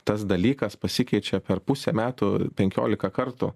tas dalykas pasikeičia per pusę metų penkiolika kartų